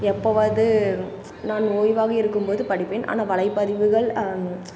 எப்போவாவது நான் ஓய்வாக இருக்கும் போது படிப்பேன் ஆனால் வலைப்பதிவுகள்